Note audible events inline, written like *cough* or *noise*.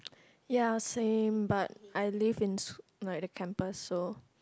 *noise* ya same but I live in s~ like the campus so